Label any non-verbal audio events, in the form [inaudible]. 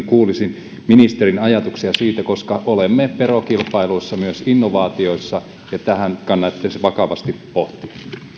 [unintelligible] kuulisin ministerin ajatuksia siitä koska olemme verokilpailussa myös innovaatioissa ja tätä kannattaisi vakavasti pohtia